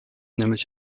nämlich